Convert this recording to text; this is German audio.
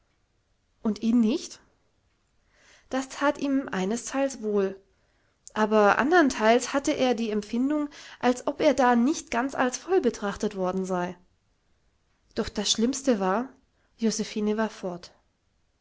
und ihn nicht das that ihm einesteils wohl aber andernteils hatte er die empfindung als ob er da nicht ganz als voll betrachtet worden sei doch das schlimmste war josephine war fort